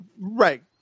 Right